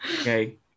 Okay